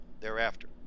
thereafter